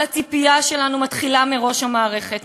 אבל הציפייה שלנו מתחילה מראש המערכת,